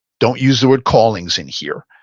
don't use the word callings in here.